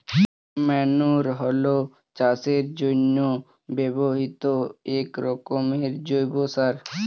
manure হলো চাষের জন্য ব্যবহৃত একরকমের জৈব সার